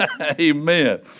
Amen